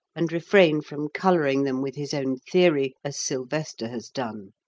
and refrain from colouring them with his own theory as silvester has done.